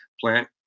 plant